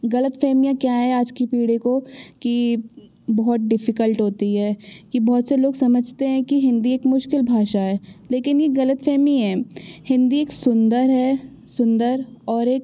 ग़लतफ़ेहमियाँ क्या हैं आज की पीढ़ी को कि बहुत डिफ़िकल्ट होती है कि बहुत से लोग समझते हैं कि हिंदी एक मुश्किल भाषा है लेकिन यह ग़लतफ़हमी है हिंदी एक सुंदर है सुंदर और एक